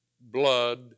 blood